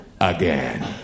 again